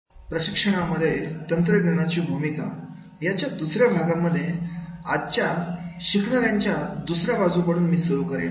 प्रशिक्षणामध्ये तंत्रज्ञानाची भूमिका याच्या दुसर्या भागामध्ये आजच्या शिकणार यांच्या दुसऱ्या बाजूकडून मी सुरू करेन